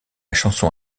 chanson